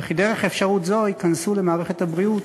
וכי דרך אפשרות זו ייכנסו למערכת הבריאות